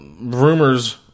rumors